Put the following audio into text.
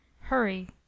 hurry